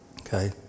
Okay